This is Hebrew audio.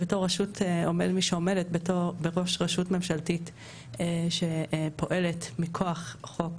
ובתור מי שעומדת בראש רשות ממשלתית שפועלת מכוח חוק,